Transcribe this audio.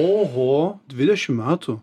oho dvidešim metų